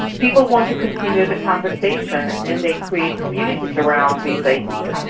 people want to continue the conversation and and they create communities around these ideas.